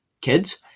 kids